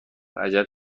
عجب